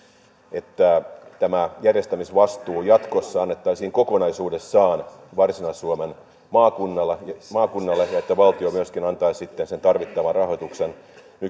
että tämä järjestämisvastuu jatkossa annettaisiin kokonaisuudessaan varsinais suomen maakunnalle ja että valtio myöskin antaisi sitten sen tarvittavan rahoituksen